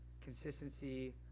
Consistency